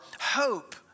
hope